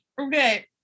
Okay